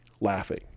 laughing